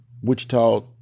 Wichita